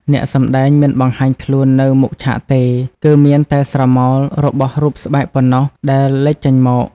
អ្នកសម្ដែងមិនបង្ហាញខ្លួននៅមុខឆាកទេ គឺមានតែស្រមោលរបស់រូបស្បែកប៉ុណ្ណោះដែលលេចចេញមក។